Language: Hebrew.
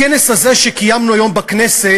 הכנס הזה שקיימנו היום בכנסת,